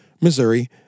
Missouri